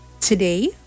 today